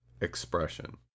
expression